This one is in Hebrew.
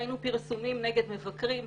ראינו פרסומים נגד מבקרים.